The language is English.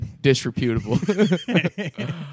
disreputable